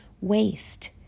waste